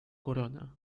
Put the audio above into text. corona